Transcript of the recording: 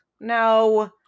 no